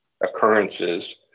occurrences